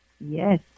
Yes